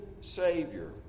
Savior